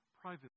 privately